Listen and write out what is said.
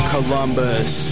Columbus